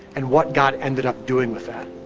and what god ended up doing with that.